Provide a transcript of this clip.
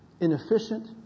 Inefficient